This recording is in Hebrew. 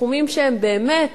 סכומים שהם באמת